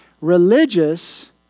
religious